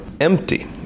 empty